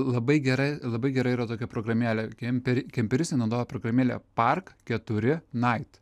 labai gera labai gera yra tokia programėlė kemperi kemperistai naudoja programėlę park keturi nait